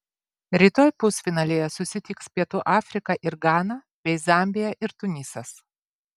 rytoj pusfinalyje susitiks pietų afrika ir gana bei zambija ir tunisas